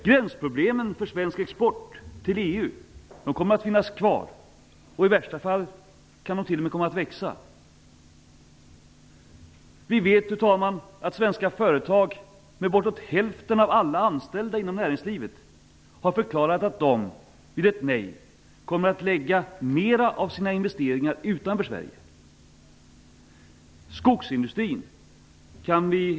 Gränsproblemen för svensk export till EU kommer att finnas kvar. I värsta fall kan de t.o.m. komma att växa. Fru talman! Vi vet att svenska företag, som har bortåt hälften av alla anställda inom näringslivet, har förklarat att de vid ett nej kommer att lägga flera av sina investeringar utanför Sverige.